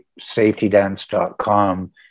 safetydance.com